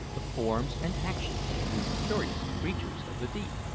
the forms and actions of these curious creatures of the deep.